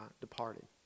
departed